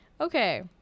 okay